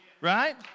Right